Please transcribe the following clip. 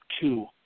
two